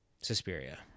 Suspiria